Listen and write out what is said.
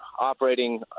operating